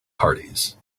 parties